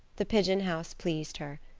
the pigeon house pleased her.